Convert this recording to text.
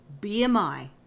BMI